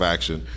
Action